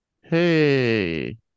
hey